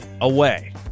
away